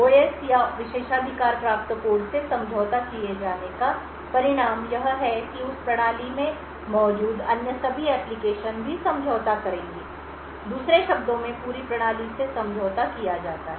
OS या विशेषाधिकार प्राप्त कोड से समझौता किए जाने का परिणाम यह है कि उस प्रणाली में मौजूद अन्य सभी एप्लिकेशन भी समझौता करेंगे दूसरे शब्द में पूरी प्रणाली से समझौता किया जाता है